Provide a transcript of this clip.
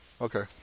Okay